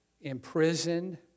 imprisoned